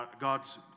God's